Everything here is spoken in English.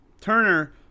Turner